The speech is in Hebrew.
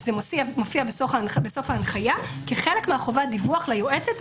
זה מופיע בסוף ההנחיה, כחלק מחובת הדיווח ליועצת,